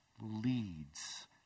leads